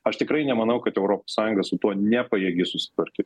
aš tikrai nemanau kad europos sąjunga su tuo nepajėgi susitvarkyt